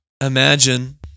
imagine